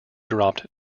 dropped